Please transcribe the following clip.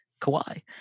Kawhi